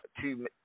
two